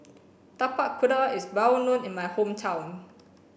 Tapak Kuda is well known in my hometown